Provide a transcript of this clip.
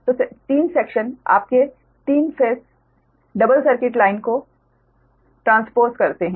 तो 3 खंड आपके 3 फेस डबल सर्किट लाइनों को स्थानांतरित करते हैं